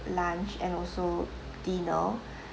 lunch and also dinner